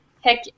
Heck